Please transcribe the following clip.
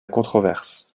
controverse